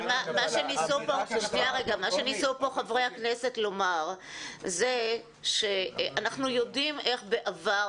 אבל מה שניסו פה חברי הכנסת לומר זה שאנחנו יודעים איך בעבר,